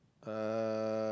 uh